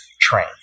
train